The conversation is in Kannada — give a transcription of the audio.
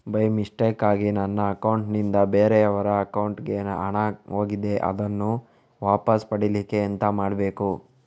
ಬೈ ಮಿಸ್ಟೇಕಾಗಿ ನನ್ನ ಅಕೌಂಟ್ ನಿಂದ ಬೇರೆಯವರ ಅಕೌಂಟ್ ಗೆ ಹಣ ಹೋಗಿದೆ ಅದನ್ನು ವಾಪಸ್ ಪಡಿಲಿಕ್ಕೆ ಎಂತ ಮಾಡಬೇಕು?